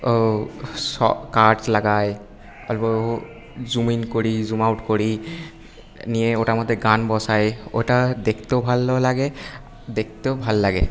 ও লাগায় অল্প zoom in করি জুম আউট করি নিয়ে ওটার মধ্যে গান বসাই ওটা দেখতেও ভালো লাগে দেখতেও ভাল লাগে